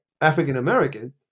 African-American